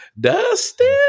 Dustin